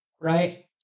right